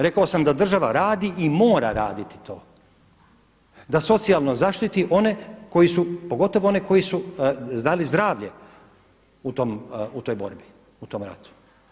Rekao sam da država radi i mora raditi to, da socijalno zaštiti one koji su, pogotovo one koji su dali zdravlje u toj borbi, u tom ratu.